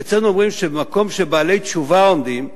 ואצלנו אומרים שבמקום שבעלי תשובה עומדים,